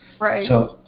Right